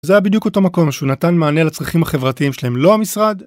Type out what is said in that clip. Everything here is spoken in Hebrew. זה היה בדיוק אותו מקום, שהוא נתן מענה לצרכים החברתיים שלהם, לא המשרד.